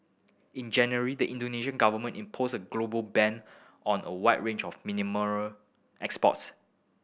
in January the Indonesian Government imposed a global ban on a wide range of mineral exports